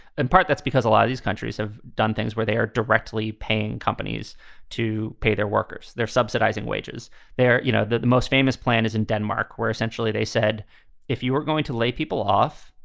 in part, that's because a lot of these countries have done things where they are directly paying companies to pay their workers. they're subsidizing wages there. you know that the most famous plan is in denmark, where essentially they said if you were going to lay people off,